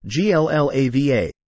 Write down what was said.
GLLAVA